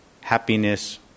happiness